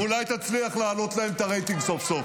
אולי תצליח להעלות להם את הרייטינג סוף-סוף.